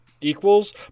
equals